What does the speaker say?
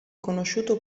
conosciuto